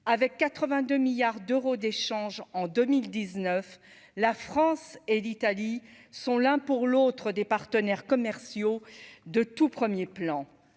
avec 82 milliards d'euros d'échanges en 2019 la France et l'Italie sont l'un pour l'autre des partenaires commerciaux de tout 1er plan